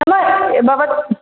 नाम भवन्तः